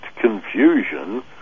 confusion